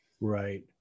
right